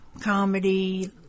comedy